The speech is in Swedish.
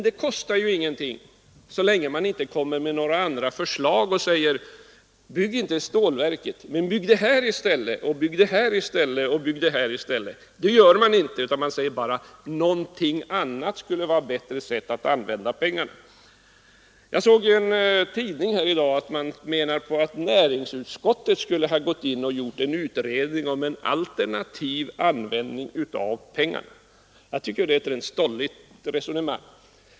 Det kostar ju ingenting, så länge man inte lägger fram andra förslag och säger: Bygg inte stålverket utan bygg det här och det här i stället. Nu gör man emellertid inte så från Industriförbundets sida utan säger bara att det skulle vara bättre att använda pengarna till något annat. En tidning skriver i dag att näringsutskottet skulle ha gått in här och gjort en utredning om en alternativ användning av pengarna. Det tycker jag är ett rent stolligt resonemang.